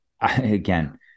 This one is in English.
again